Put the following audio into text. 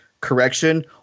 correction